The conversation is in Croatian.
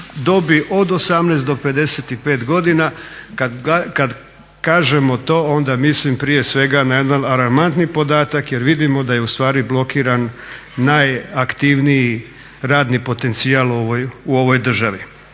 dobi od 18 do 55 godina. Kad kažemo to onda mislim prije svega na jedan alarmantni podatak jer vidimo da je ustvari blokiran najaktivniji radni potencijal u ovoj državi.